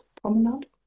Promenade